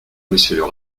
monsieur